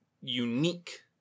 unique